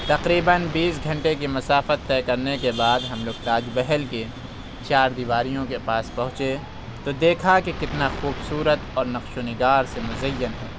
تقریباً بیس گھنٹے کی مسافت طے کرنے کے بعد ہم لوگ تاج محل کے چار دیواریوں کے پاس پہنچے تو دیکھا کہ کتنا خوبصورت اور نقش و نگار سے مزین ہے